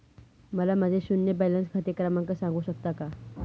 मला माझे शून्य बॅलन्स खाते क्रमांक सांगू शकता का?